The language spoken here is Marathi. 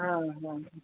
हा हा